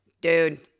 Dude